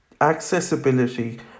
Accessibility